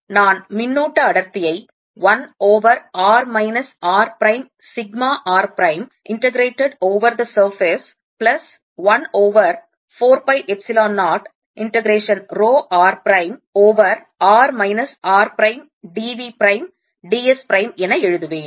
நான் மின்னூட்ட அடர்த்தியை 1 over r minus r prime சிக்மா r prime integrated over the surface plus 1 over 4 pi epsilon 0 integration rho r prime over r minus r prime d v prime d s prime என எழுதுவேன்